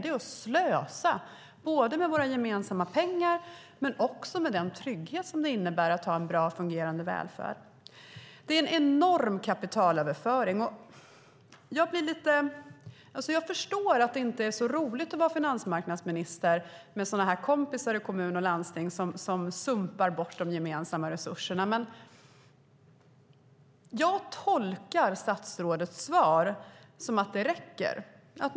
Det är att slösa både med våra gemensamma pengar och med den trygghet som det innebär att ha en bra och fungerande välfärd. Det är en enorm kapitalöverföring. Jag förstår att det inte är så roligt att vara finansmarknadsminister med sådana kompisar i kommun och landsting som sumpar de gemensamma resurserna. Jag tolkar statsrådets svar som att regelverken räcker.